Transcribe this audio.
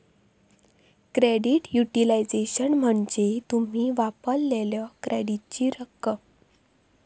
credit utilisation म्हणजे तुम्ही वापरलेल्यो क्रेडिटची रक्कम